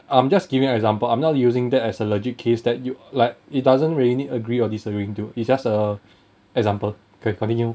I'm just giving example I'm not using that as a legit case that you like it doesn't really need agree or disagree dude it's just a example can continue